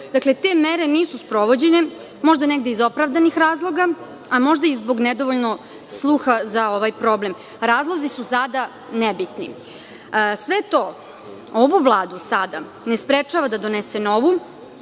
posao. Dakle, te mere nisu sprovedene, možda negde iz opravdanih razloga, a možda i zbog nedovoljnog sluha za ovaj problem. Razlozi su sada nebitni. Sve to ovu vladu sada ne sprečava da donese novu,